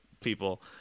people